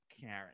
karen